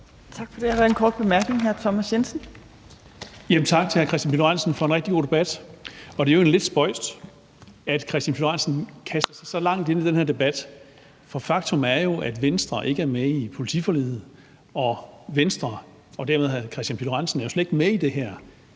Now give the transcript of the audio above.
fra hr. Thomas Jensen. Kl. 18:20 Thomas Jensen (S): Tak til hr. Kristian Pihl Lorentzen for en rigtig god debat. Det er jo egentlig lidt spøjst, at Kristian Pihl Lorentzen kaster sig så langt ind i den her debat, for faktum er jo, at Venstre ikke er med i politiforliget – Venstre og dermed hr. Kristian Pihl